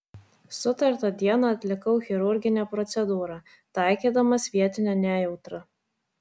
sutartą dieną atlikau chirurginę procedūrą taikydamas vietinę nejautrą